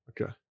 Okay